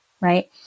right